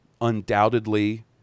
undoubtedly